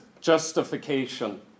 justification